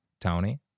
Tony